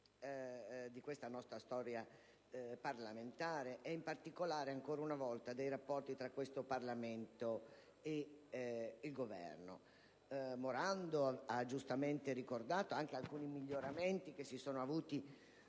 della nostra storia parlamentare, e in particolare, ancora una volta, dei rapporti tra questo ramo del Parlamento e il Governo. Il senatore Morando ha giustamente ricordato alcuni miglioramenti che si sono avuti